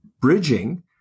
bridging